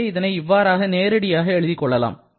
எனவே இதனை இவ்வாறாக நேரடியாக எழுதிக் கொள்ளலாம்